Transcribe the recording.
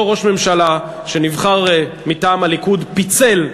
אותו ראש ממשלה שנבחר מטעם הליכוד פיצל,